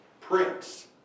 Prince